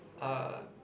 uh